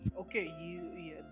Okay